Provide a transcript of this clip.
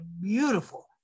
beautiful